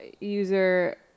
user